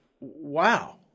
wow